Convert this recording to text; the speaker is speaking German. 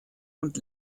und